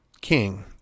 king